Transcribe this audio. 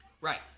Right